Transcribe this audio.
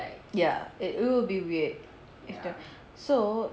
ya it will be weird if the so